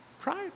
pride